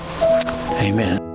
Amen